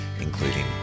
including